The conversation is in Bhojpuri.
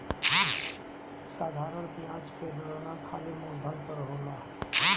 साधारण बियाज कअ गणना खाली मूलधन पअ होला